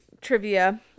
trivia